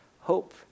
Hope